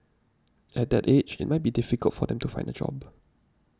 at that age it might be difficult for them to find a job